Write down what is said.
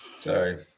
Sorry